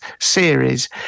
series